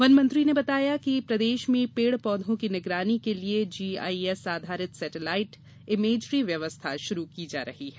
one मंत्री ने बताया कि प्रदेश में पेड़ पौधों की निगरानी के लिये जीआईएस आधारित सेटेलाइट इमेजरी व्यवस्था शुरू की जा रही है